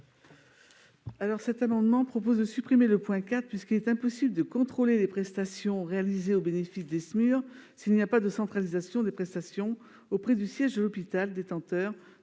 Cet amendement vise à supprimer le IV de l'article 3, puisqu'il est impossible de contrôler les prestations réalisées au bénéfice des SMUR s'il n'y a pas de centralisation des prestations auprès du siège de l'hôpital détenteur